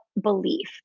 belief